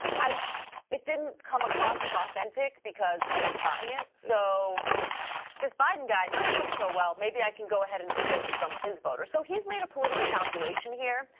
it didn't come across as authentic because no one is buying it. so this biden guy not doing so well maybe i can go ahead and appeal to some of his voters. so he's made a political calculation here,